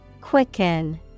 Quicken